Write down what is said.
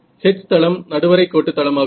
H தளம் நடுவரை கோட்டு தளமாகும்